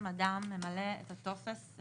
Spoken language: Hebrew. אדם ממלא את הטופס,